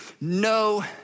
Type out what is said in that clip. No